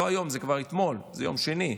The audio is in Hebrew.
היום, זה כבר אתמול, ביום שני,